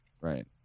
Right